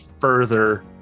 further